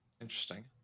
interesting